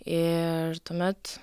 ir tuomet